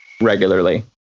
regularly